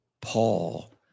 Paul